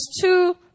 two